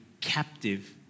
captive